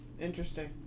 Interesting